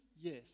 Yes